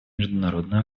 международную